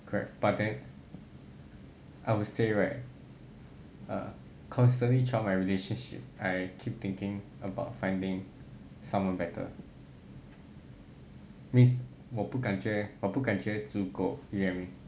correct but then I would say right err constantly throughout my relationship I keep thinking about finding someone better means 我不感觉我不感觉足够 you know what I mean